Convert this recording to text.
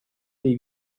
dei